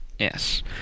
Yes